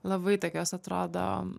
labai tokios atrodo